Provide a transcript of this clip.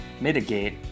mitigate